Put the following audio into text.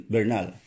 Bernal